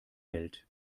welt